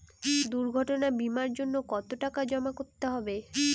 দুর্ঘটনা বিমার জন্য কত টাকা জমা করতে হবে?